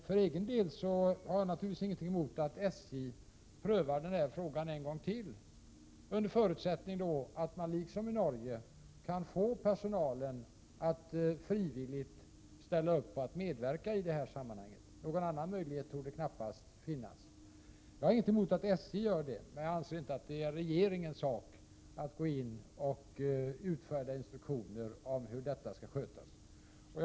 För egen del har jag ingenting emot att SJ prövar den här frågan en gång till, under förutsättning att man liksom i Norge kan få personalen att frivilligt ställa upp och medverka. Någon annan möjlighet torde knappast finnas. Jag har ingenting emot att SJ gör det, men jag anser inte att det är regeringens sak att utfärda instruktioner om hur detta skall skötas.